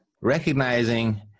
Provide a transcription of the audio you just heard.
recognizing